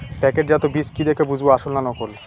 প্যাকেটজাত বীজ কি দেখে বুঝব আসল না নকল?